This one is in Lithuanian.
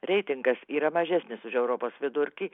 reitingas yra mažesnis už europos vidurkį